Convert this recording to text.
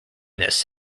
this